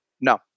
No